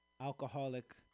alcoholic